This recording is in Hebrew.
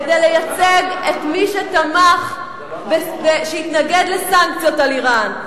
כדי לייצג את מי שהתנגד לסנקציות על אירן.